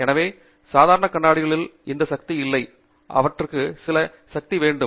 எனவே சாதாரண கண்ணாடிகளில் இந்த சக்தி இல்லை அவர்களுக்கு சில சக்தி வேண்டும்